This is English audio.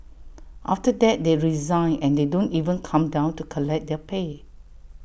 after that they resign and they don't even come down to collect their pay